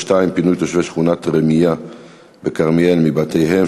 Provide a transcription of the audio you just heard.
1772 בנושא: פינוי תושבי שכונת ראמיה בכרמיאל מבתיהם,